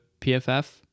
pff